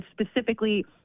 specifically